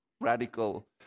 radical